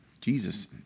Jesus